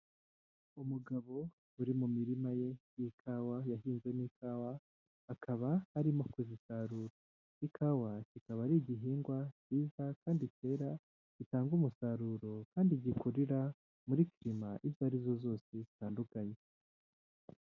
Umugabo uri mu mirima ye y'ikawa, yahinze mo ikawa, akaba arimo kuzisarura. Ikawa kikaba ari igihingwa cyiza kandi cyera, gitanga umusaruro kandi gikuri muri kirima izo arizo zose zitandukanye.